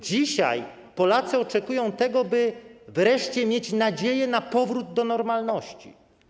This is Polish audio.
Dzisiaj Polacy oczekują tego, by wreszcie mieć nadzieję na powrót do normalności.